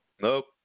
nope